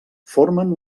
formen